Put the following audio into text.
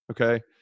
okay